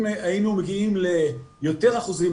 אם היו מגיעים ליותר אחוזים,